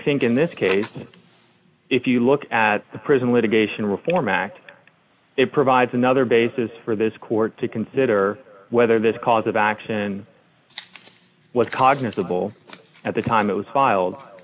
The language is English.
think in this case if you look at the prison litigation reform act it provides another basis for this court to consider whether this cause of action was cognizable at the time it was filed